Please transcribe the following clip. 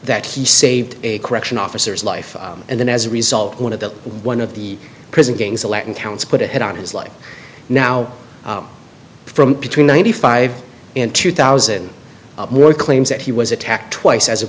that he saved a correction officers life and then as a result one of the one of the prison gangs the latin counts put a hit on his life now from between ninety five and two thousand more claims that he was attacked twice as a